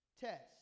test